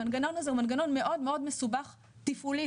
המנגנון הזה הוא מנגנון מאוד מאוד מסובך תפעולית,